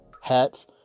hats